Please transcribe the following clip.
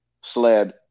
sled